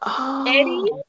Eddie